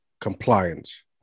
compliance